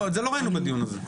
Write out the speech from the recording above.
את זה לא ראינו בדיון הזה.